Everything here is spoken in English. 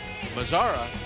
Mazzara